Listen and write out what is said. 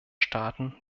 staaten